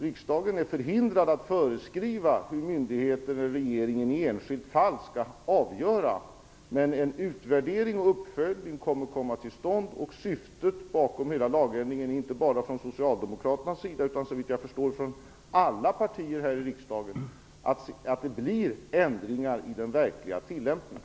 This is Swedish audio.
Riksdagen är förhindrad att föreskriva hur myndigheter eller regeringen i ett särskilt fall skall avgöra ett ärende, men en utvärdering och uppföljning skall komma till stånd. Syftet bakom lagändringen, inte bara från socialdemokratiskt håll utan såvitt jag förstår från alla partier i riksdagen är att det skall bli ändringar i den verkliga tillämpningen.